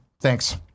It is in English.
Thanks